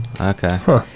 Okay